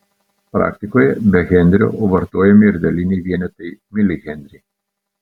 praktikoje be henrio vartojami ir daliniai vienetai milihenriai